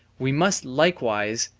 we must likewise,